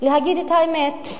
להגיד את האמת,